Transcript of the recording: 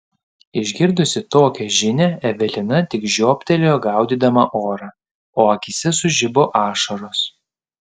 išgirdusi tokią žinią evelina tik žioptelėjo gaudydama orą o akyse sužibo ašaros